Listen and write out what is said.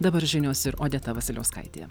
dabar žinios ir odeta vasiliauskaitė